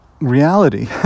reality